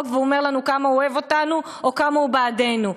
ואומר לנו כמה הוא אוהב אותנו או כמה הוא בעדנו.